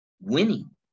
winning